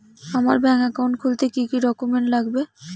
আমার bank account খুলতে কি কি ডকুমেন্ট লাগবে?